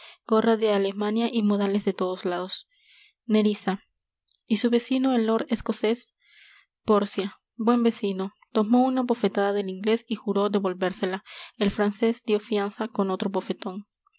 gorra de alemania y modales de todos lados nerissa y su vecino el lord escocés pórcia buen vecino tomó una bofetada del inglés y juró devolvérsela el francés dió fianza con otro bofeton